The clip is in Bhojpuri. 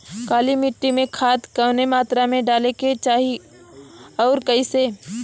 काली मिट्टी में खाद कवने मात्रा में डाले के चाही अउर कइसे?